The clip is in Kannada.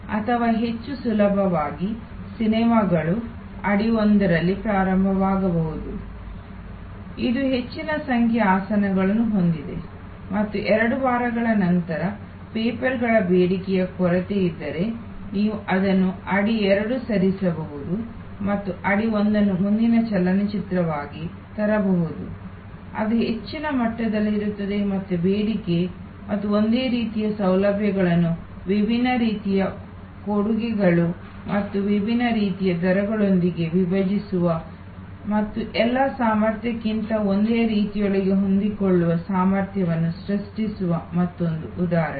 ಅಥವಾ ಹೆಚ್ಚು ಸುಲಭವಾಗಿ ಸಿನೆಮಾಗಳು ಆಡಿ ಒಂದರಲ್ಲಿ ಪ್ರಾರಂಭವಾಗಬಹುದು ಅದು ಹೆಚ್ಚಿನ ಸಂಖ್ಯೆಯ ಆಸನಗಳನ್ನು ಹೊಂದಿದೆ ಮತ್ತು ಎರಡು ವಾರಗಳ ನಂತರ ಪೇಪರ್ಗಳ ಬೇಡಿಕೆಯ ಕೊರತೆಯಿದ್ದಾಗ ನೀವು ಅದನ್ನು ಎರಡನೇ ಸಭಾಂಗಣಕ್ಕೆ ಸರಿಸಬಹುದು ಮತ್ತು ಒಂದನೇ ಸಭಾಂಗಣದಲ್ಲಿ ಮುಂದಿನ ಚಲನಚಿತ್ರವಾಗಿ ತರಬಹುದು ಅದು ಹೆಚ್ಚಿನ ಮಟ್ಟದಲ್ಲಿರುತ್ತದೆ ಮತ್ತೆ ಬೇಡಿಕೆ ಮತ್ತು ಒಂದೇ ರೀತಿಯ ಸೌಲಭ್ಯವನ್ನು ವಿಭಿನ್ನ ರೀತಿಯ ಕೊಡುಗೆಗಳು ಮತ್ತು ವಿಭಿನ್ನ ರೀತಿಯ ದರಗಳೊಂದಿಗೆ ವಿಭಜಿಸುವ ಮತ್ತು ಎಲ್ಲಾ ಸಾಮರ್ಥ್ಯಕ್ಕಿಂತ ಒಂದೇ ರೀತಿಯೊಳಗೆ ಹೊಂದಿಕೊಳ್ಳುವ ಸಾಮರ್ಥ್ಯವನ್ನು ಸೃಷ್ಟಿಸುವ ಮತ್ತೊಂದು ಉದಾಹರಣೆ